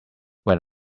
when